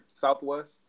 Southwest